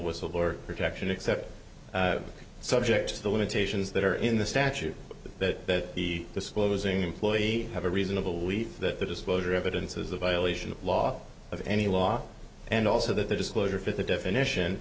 whistleblower protection except subject to the limitations that are in the statute that the disclosing employee have a reasonable leave that the disclosure evidence is a violation of law of any law and also that the disclosure fit the definition